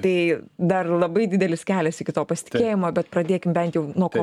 tai dar labai didelis kelias iki to pasitikėjimo bet pradėkim bent jau nuo ko